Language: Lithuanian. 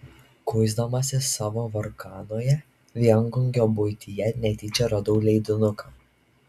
kuisdamasis savo varganoje viengungio buityje netyčia radau leidinuką